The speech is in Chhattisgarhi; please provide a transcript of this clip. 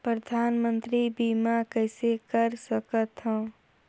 परधानमंतरी बीमा कइसे कर सकथव?